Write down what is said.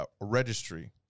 registry